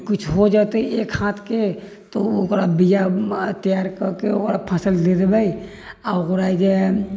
तऽ किछु हो जेतै एक हाथके तऽ ओ ओकरा बीआमे तैयार कऽ कऽ ओकर फसल दे देबै आ ओकरा जे हइ